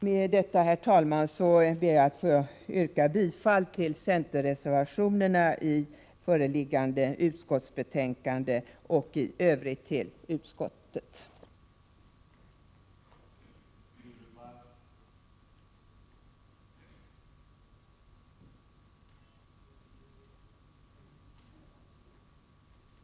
Med detta, herr talman, ber jag att få yrka bifall till centerreservationerna i föreliggande utskottsbetänkande och i övrigt till utskottets hemställan.